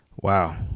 Wow